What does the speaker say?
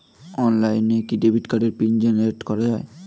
অনলাইনে কি ডেবিট কার্ডের পিন জেনারেট করা যায়?